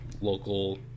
local